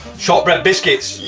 shortbread biscuits.